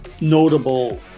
notable